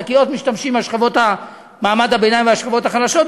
בשקיות משתמשים מעמד הביניים והשכבות החלשות,